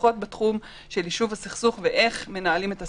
לפחות בתחום של ישוב הסכסוך ואיך מנהלים את הסכסוך.